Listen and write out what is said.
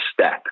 step